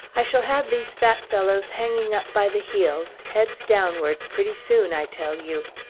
i shall have these fat fellows hanging up by the heels, heads downward, pretty soon, i tell you!